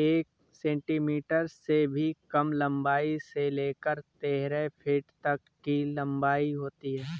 एक सेंटीमीटर से भी कम लंबाई से लेकर तेरह फीट तक की लंबाई के होते हैं